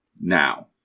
Now